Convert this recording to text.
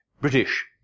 British